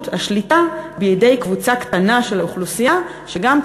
השליטה בידי קבוצה קטנה של האוכלוסייה" שגם,